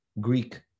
Greek